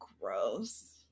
Gross